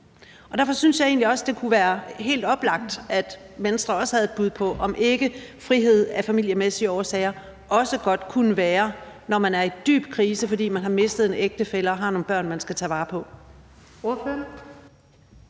Derfor synes jeg egentlig også, det kunne være helt oplagt, at Venstre også havde bud på, om ikke frihed af familiemæssige årsager også godt kunne være på tale, når man er i dyb krise, fordi man har mistet en ægtefælle og har nogle børn, man skal tage vare på.